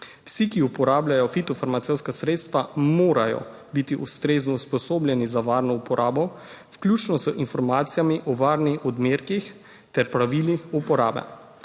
Vsi, ki uporabljajo fitofarmacevtska sredstva, morajo biti ustrezno usposobljeni za varno uporabo, vključno z informacijami o varnih odmerkih ter pravili uporabe,